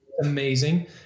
Amazing